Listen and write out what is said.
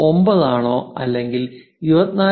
9 ആണോ അല്ലെങ്കിൽ 24